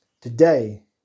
Today